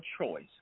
choice